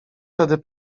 tedy